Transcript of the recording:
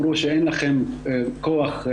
להגיע לשוק התעסוקה,